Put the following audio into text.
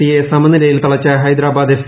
സിയെ സമനിലയിൽ തളച്ച് ഹൈദരാബാദ് എഫ്